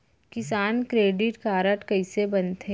किसान credit card कइसे बनथे?